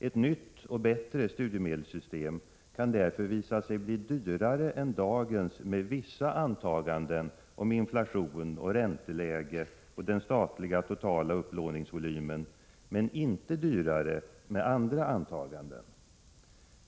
Ett nytt och bättre studiemedelssystem kan därför visa sig bli dyrare än dagens med vissa antaganden om inflationen, ränteläget och den totala statliga upplåningsvolymen, men inte dyrare med andra antaganden.